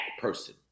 person